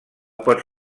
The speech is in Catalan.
pot